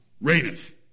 reigneth